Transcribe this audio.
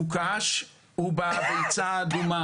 את הבוצה ששוקעת בו ומייבשים בשטחים סמוכים,